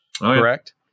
correct